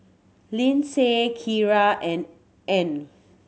Lyndsay Kyra and Arne